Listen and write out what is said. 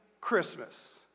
Christmas